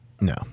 no